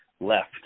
left